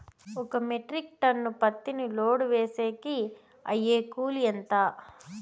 ఒక metric ton పత్తిని load వేసేకి అయ్యే కూలి ఎంత?